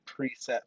preset